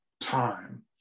time